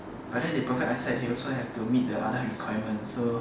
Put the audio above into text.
but then they perfect eyesight they also have to meet the other requirements so